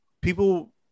people